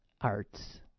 Arts